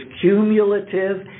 cumulative